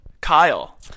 Kyle